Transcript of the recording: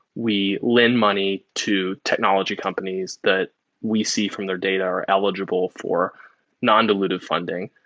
we lend money to technology companies that we see from their data are eligible for non-dilutive funding.